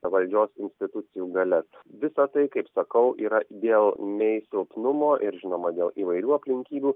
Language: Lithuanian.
valdžios institucijų galias visa tai kaip sakau yra dėl mei silpnumo ir žinoma dėl įvairių aplinkybių